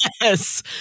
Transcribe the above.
Yes